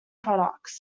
products